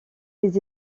les